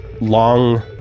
long